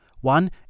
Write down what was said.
One